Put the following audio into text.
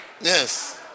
Yes